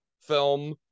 film